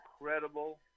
incredible